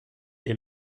est